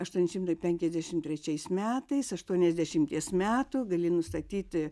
aštuoni šimtai penkiasdešim trečiais metais aštuoniasdešimties metų gali nustatyti